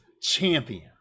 Champion